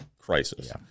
crisis